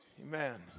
Amen